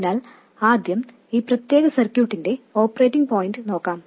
അതിനാൽ ആദ്യം ഈ പ്രത്യേക സർക്യൂട്ടിന്റെ ഓപ്പറേറ്റിംഗ് പോയിന്റ് നോക്കാം